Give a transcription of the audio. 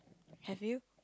have you